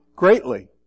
Greatly